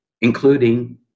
including